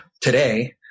today